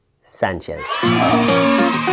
Sanchez